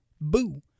Boo